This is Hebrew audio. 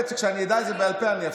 האמת, כשאני אדע את זה בעל פה, אני אפסיק.